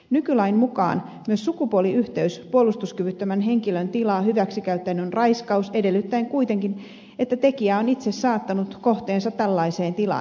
nykylain mukaan myös sukupuoliyhteys puolustuskyvyttömän henkilön tilaa hyväksi käyttäen on raiskaus edellyttäen kuitenkin että tekijä on itse saattanut kohteensa tällaiseen tilaan